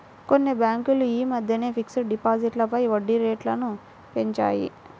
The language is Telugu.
కొన్ని బ్యేంకులు యీ మద్దెనే ఫిక్స్డ్ డిపాజిట్లపై వడ్డీరేట్లను పెంచాయి